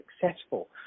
successful